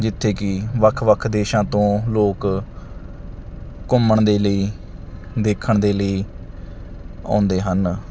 ਜਿੱਥੇ ਕਿ ਵੱਖ ਵੱਖ ਦੇਸ਼ਾਂ ਤੋਂ ਲੋਕ ਘੁੰਮਣ ਦੇ ਲਈ ਦੇਖਣ ਦੇ ਲਈ ਆਉਂਦੇ ਹਨ